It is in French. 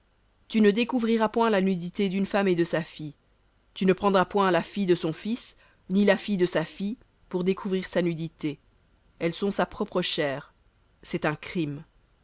tu ne découvriras point la nudité d'une femme et de sa fille tu ne prendras point la fille de son fils ni la fille de sa fille pour découvrir sa nudité elles sont sa propre chair c'est un crime